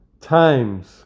times